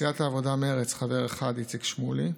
סיעת העבודה-מרצ, חבר אחד: איציק שמולי,